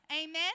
Amen